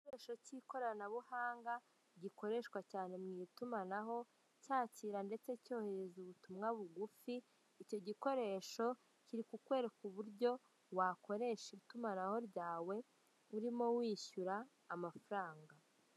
Igikoresho cy'ikoranabuhanga gikoreshwa cyane mu itumanaho cyakira ndetse cyohereza ubutumwa bugufi, icyo gikoresho kiri kukwereka uburyo wakoresha itumanaho ryawe urimo wishyura amafaranga.